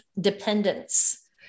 dependence